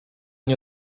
nie